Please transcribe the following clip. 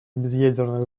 безъядерных